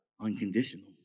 unconditional